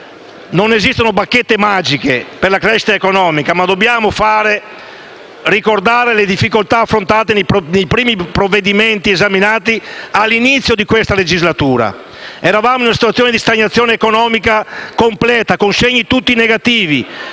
Non esistono bacchette magiche per la crescita economica, ma dobbiamo ricordare le difficoltà affrontate nei primi provvedimenti esaminati all'inizio di questa legislatura. Eravamo in una situazione di stagnazione economica completa con tutti segni negativi